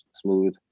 smooth